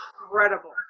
incredible